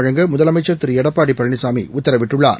வழங்க முதலமைச்சர் திருஎடப்பாடிபழனிசாமிஉத்தரவிட்டுள்ளார்